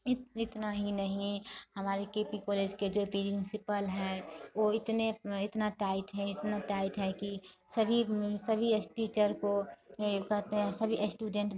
सिर्फ इतना ही नहीं हमारे के पी कॉलेज के जो प्रिंसिपल हैं वो इतने इतना टाइट हैं इतना टाइट हैं कि सभी सभी एक टीचर को ये कहते हैं सभी अस्टूडेंट